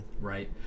right